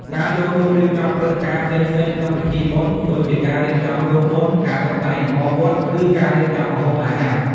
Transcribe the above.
ការចូលរួមរៀបចំព្រឹត្តិការណ៍ផ្សេងៗក្នុងពិធីបុណ្យ ដូចជាការរៀបចំរោងបុណ្យ ការតុបតែងលម្អវត្ត ឬការរៀបចំម្ហូបអាហារ។